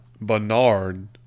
Bernard